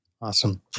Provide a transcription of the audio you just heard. Awesome